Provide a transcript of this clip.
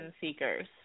seekers